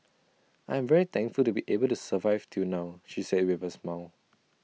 I am very thankful to be able to survive till now she said with A smile